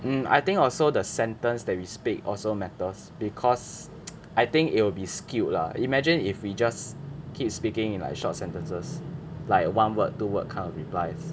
mm I think also the sentence that we speak also matters because I think it will be skewed lah imagine if we just keep speaking in like short sentences like one word two word kind of replies